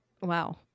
wow